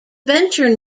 venture